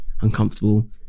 uncomfortable